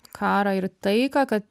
karą ir taiką ka